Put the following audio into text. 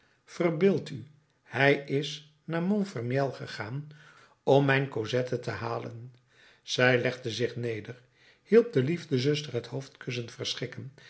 verbeeldt u hij is naar montfermeil gegaan om mijn cosette te halen zij legde zich neder hielp de liefdezuster het hoofdkussen